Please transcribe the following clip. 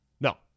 no